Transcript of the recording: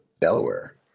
Delaware